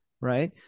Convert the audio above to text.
right